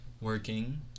working